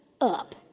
up